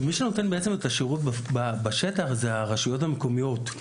מי שבעצם נותן את השירות בשטח אלו הרשויות המקומיות,